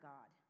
God